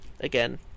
again